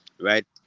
right